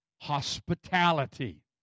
hospitality